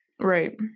right